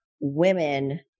women